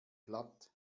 platt